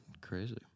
crazy